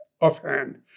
offhand